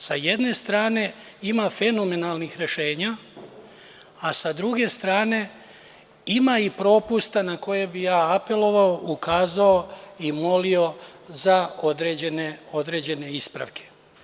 Sa jedne strane, ima fenomenalnih rešenja, a sa druge strane ima i propusta na koje bih apelovao, ukazao i molio za određene ispravke.